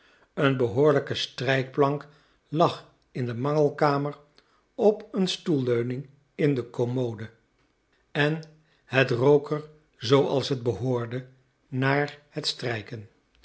een behoorlijke strijkplank lag in de mangelkamer op een stoelleuning in de commode en het rook er zooals het behoorde naar het strijken